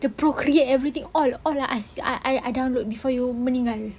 the procreate everything all all I I I I download before you meninggal